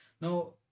Now